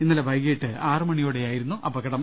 ഇന്നലെ വൈകിട്ട് ഒ മണിയോടെയായിരുന്നു അപകടം